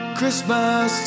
Christmas